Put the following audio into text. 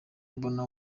mbona